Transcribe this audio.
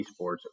esports